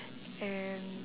and